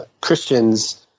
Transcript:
Christians